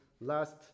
last